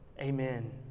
Amen